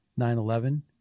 9-11